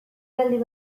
baldin